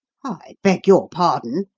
i beg your pardon,